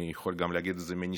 אני יכול גם להגיד את זה מניסיוני,